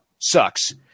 Sucks